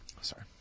sorry